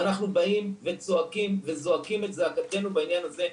ואנחנו באים וצועקים וזועקים את זעקתנו בעניין הזה.